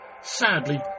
sadly